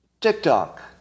TikTok